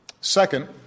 Second